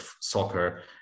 soccer